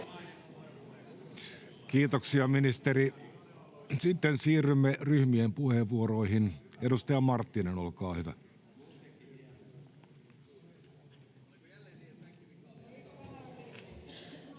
Kiitoksia, ministeri. — Sitten siirrymme ryhmien puheenvuoroihin. — Edustaja Marttinen, olkaa hyvä. [Speech